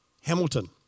Hamilton